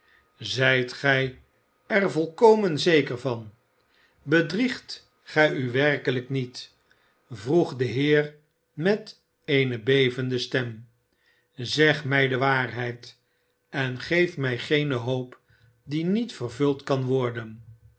zijt gij er volkomen zeker van bedriegt gij u werkelijk niet vroeg de heer met eene bevende stem zeg mij de waarheid en geef mij geene hoop die niet vervuld kan worden